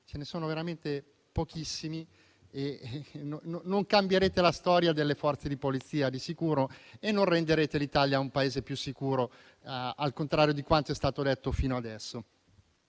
ce ne sono veramente pochissimi; non cambierete la storia delle Forze di polizia, di sicuro, e non renderete l'Italia un Paese più sicuro, al contrario di quanto è stato detto fino ad ora.